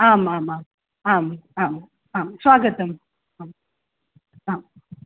आम् आमाम् आम् आम् आं स्वागतम् आम् आम्